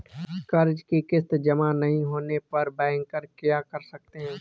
कर्ज कि किश्त जमा नहीं होने पर बैंकर क्या कर सकते हैं?